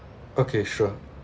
okay sure